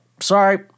sorry